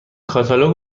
کاتالوگ